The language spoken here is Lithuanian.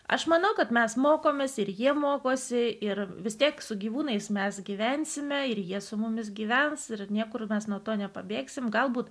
aš manau kad mes mokomės ir jie mokosi ir vis tiek su gyvūnais mes gyvensime ir jie su mumis gyvens ir niekur mes nuo to nepabėgsime galbūt